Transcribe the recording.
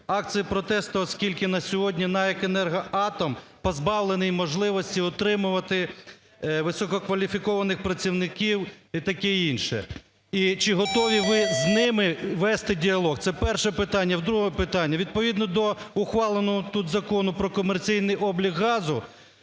Акцію протесту, оскільки на сьогодні НАЕК "Енергоатом" позбавлений можливості отримувати висококваліфікованих працівників і таке інше. І чи готові ви з ними вести діалог? Це перше питання. Друге питання. Відповідно до ухваленого тут Закону про комерційний облік газу